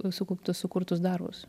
sukauptus sukurtus darbus